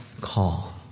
call